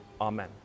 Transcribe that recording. amen